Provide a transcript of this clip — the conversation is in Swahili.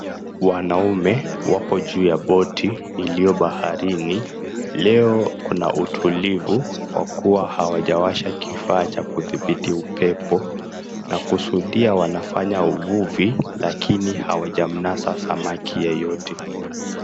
Wanaume wapo juu ya boti iliyo baharini leo kuna utulivu kwakuwa hawajawasha kifaa cha kudhibiti upepo, na kusudia wanafanya uvuvi lakini hawajamnasa samaki yoyote.